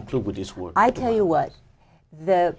comply with his work i tell you what there